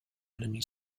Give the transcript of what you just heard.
enemy